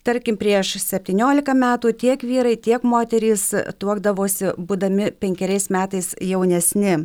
tarkim prieš septyniolika metų tiek vyrai tiek moterys tuokdavosi būdami penkeriais metais jaunesni